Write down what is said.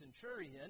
centurion